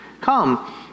Come